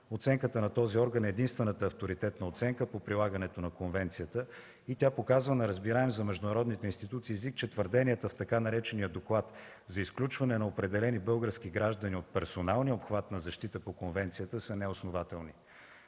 Оценката на този орган е единствената авторитетна оценка по прилагането на конвенцията и тя показва неразбираем за международните институции език, че твърденията в така наречения „доклад” за изключване на определени български граждани от персоналния обхват на защита по конвенцията са неоснователни.